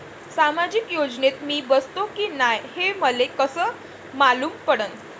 सामाजिक योजनेत मी बसतो की नाय हे मले कस मालूम पडन?